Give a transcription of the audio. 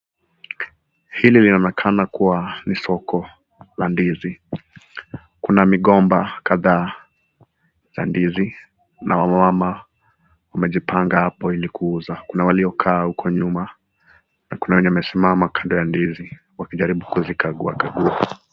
Hili linaonekana kuwa ni soko la ndizi. Kuna migomba kadhaa za ndizi na wamama wamejipanga hapo ilikuuza. Kuna waliokaa huko nyuma na kuna wenye wamesimama kando ya ndizi wakijaribu kuzikaguakagua.